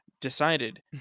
decided